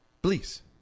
please